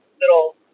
little